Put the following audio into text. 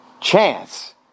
chance